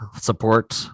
Support